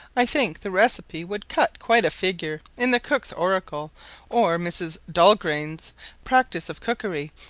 i think the recipe would cut quite a figure in the cook's oracle or mrs. dalgairn's practice of cookery,